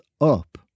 up